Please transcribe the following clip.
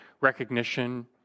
recognition